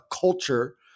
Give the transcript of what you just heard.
culture